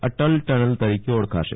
Atal tunnel તરીકે ઓળખાશે